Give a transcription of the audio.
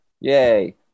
Yay